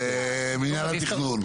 מינהל התכנון.